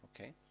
okay